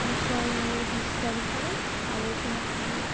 বিষয় নিয়ে বিস্তারিত আলোচনা করে